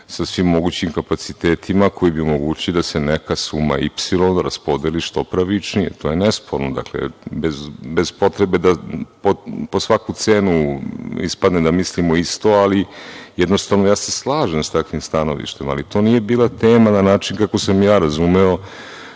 sa svim mogućim kapacitetima koji bi omogućili da se neka suma ipsilon raspodeli što pravičnije. To je nesporno. Bez potrebe da po svaku cenu ispadne da mislimo isto, ali, jednostavno ja se slažem sa takvim stanovištem. Ali, to nije bila tema na način kako sam je ja razumeo,